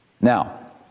Now